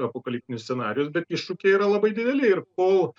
apokaliptinius scenarijus bet iššūkiai yra labai dideli ir kol